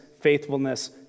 faithfulness